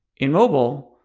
in mobile,